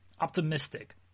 optimistic